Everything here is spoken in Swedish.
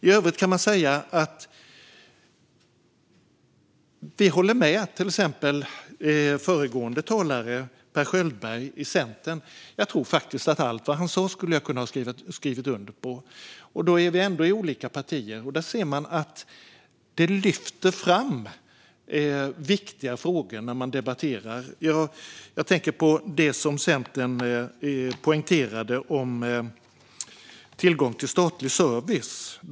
I övrigt håller vi med föregående talare, Per Schöldberg från Centern. Jag tror faktiskt att jag skulle kunna skriva under på allt som han sa, och då är vi ändå i olika partier. Där ser man att det lyfter fram viktiga frågor när man debatterar. Jag tänker på det som Centern poängterade om tillgång till statlig service.